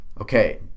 okay